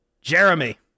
Jeremy